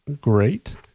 great